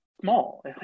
Small